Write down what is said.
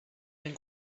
ben